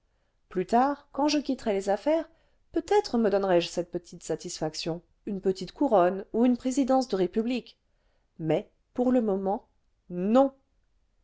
plus tard quand je quitterai les affaires peut-être me donnerai-je cette petite satisfaction une petite couronne ou une présidence de république mais pour le moment non